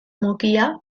mukia